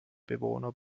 bewohner